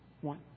one